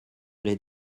les